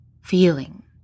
feeling